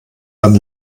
dann